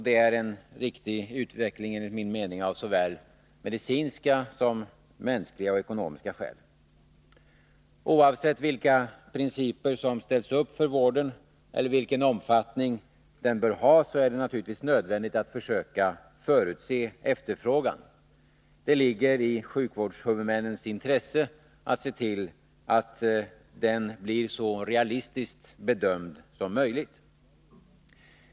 Det är enligt min mening en riktig utveckling av såväl medicinska som mänskliga och ekonomiska skäl. Oavsett vilka principer som ställs upp för vården eller vilken omfattning den bör ha är det nödvändigt att försöka förutse efterfrågan. Det ligger i sjukvårdshuvudmännens intresse att se till att den blir så realistiskt bedömd som möjligt.